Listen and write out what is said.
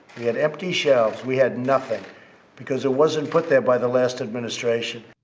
we had empty shelves. we had nothing because it wasn't put there by the last administration.